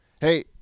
Hey